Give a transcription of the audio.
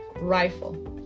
rifle